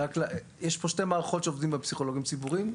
יש פה שתי מערכות שעובדים בהן פסיכולוגים ציבוריים.